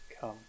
come